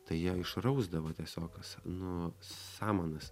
tai jie išrausdavo tiesiog kas nu samanas